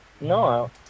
No